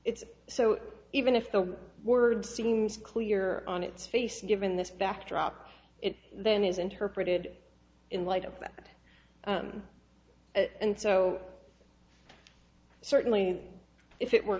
it's so even if the word seems clear on its face and given this backdrop it then is interpreted in light of that and so certainly if it were